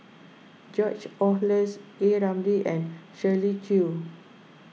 George Oehlers A Ramli and Shirley Chew